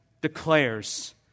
declares